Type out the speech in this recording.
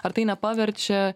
ar tai nepaverčia